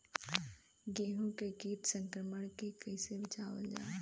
गेहूँ के कीट संक्रमण से कइसे बचावल जा?